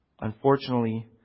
Unfortunately